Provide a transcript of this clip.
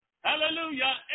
Hallelujah